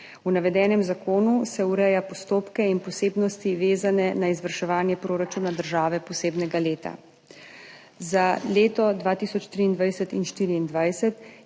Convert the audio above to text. V navedenem zakonu se ureja postopke in posebnosti, vezane na izvrševanje proračuna države posebnega leta. Za leti 2023 in 2024